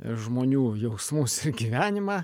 žmonių jausmus ir gyvenimą